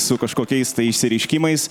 su kažkokiais tai išsireiškimais